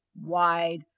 wide